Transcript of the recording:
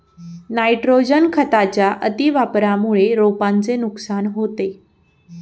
nitrogen खताच्या अतिवापरामुळे रोपांचे नुकसान होते